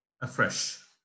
afresh